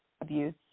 abuse